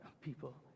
people